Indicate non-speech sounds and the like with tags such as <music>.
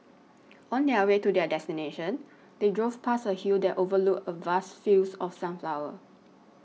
<noise> on their way to their destination they drove past a hill that overlooked a vast fields of sunflowers